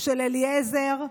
של אליעזר,